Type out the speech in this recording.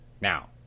Now